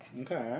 Okay